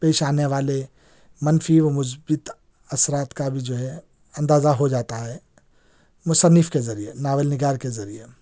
پیش آنے والے مَنفی و مثبت اثرات کا بھی جو ہے انداذہ ہو جاتا ہے مصّنف کے ذریعے ناول نِگار کے ذریعے